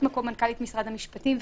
ממלאת-מקום מנכ"לית משרד המשפטים,